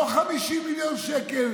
לא 50 מיליון שקל